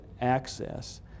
access